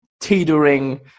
teetering